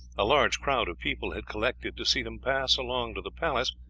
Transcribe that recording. a large crowd of people had collected to see them pass along to the palace,